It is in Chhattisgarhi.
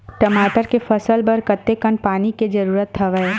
टमाटर के फसल बर कतेकन पानी के जरूरत हवय?